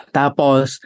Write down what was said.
tapos